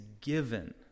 given